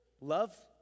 Love